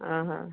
ଓହୋ